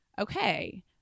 okay